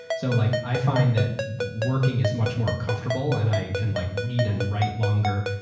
so like i find that working is much more comfortable and i can like read and write longer.